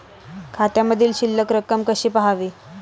खात्यामधील शिल्लक रक्कम कशी पहावी?